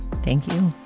thank you